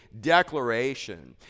declaration